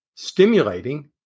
stimulating